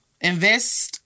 invest